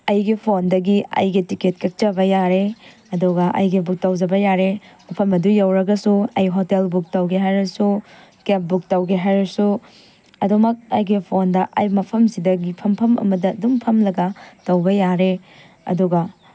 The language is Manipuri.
ꯑꯩꯒꯤ ꯐꯣꯟꯗꯒꯤ ꯑꯩꯒꯤ ꯇꯤꯀꯦꯠ ꯀꯛꯆꯕ ꯌꯥꯔꯦ ꯑꯗꯨꯒ ꯑꯩꯒ ꯕꯨꯛ ꯇꯧꯖꯕ ꯌꯥꯔꯦ ꯃꯐꯝ ꯑꯗꯨ ꯌꯧꯔꯒꯁꯨ ꯑꯩ ꯍꯣꯇꯦꯜ ꯕꯨꯛ ꯇꯧꯒꯦ ꯍꯥꯏꯔꯁꯨ ꯀꯦꯞ ꯕꯨꯛ ꯇꯧꯒꯦ ꯍꯥꯏꯔꯁꯨ ꯑꯗꯨꯃꯛ ꯑꯩꯒꯤ ꯐꯣꯟꯗ ꯑꯩ ꯃꯐꯝꯁꯤꯗꯒꯤ ꯐꯝꯐꯝ ꯑꯃꯗ ꯑꯗꯨꯝ ꯐꯝꯂꯒ ꯇꯧꯕ ꯌꯥꯔꯦ ꯑꯗꯨꯒ